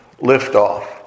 liftoff